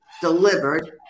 delivered